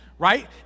right